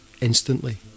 Instantly